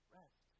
rest